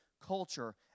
culture